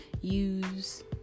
use